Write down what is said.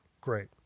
Great